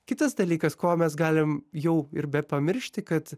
kitas dalykas ko mes galim jau ir be pamiršti kad